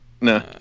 No